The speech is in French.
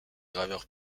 graveurs